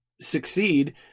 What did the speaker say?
succeed